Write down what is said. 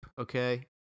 Okay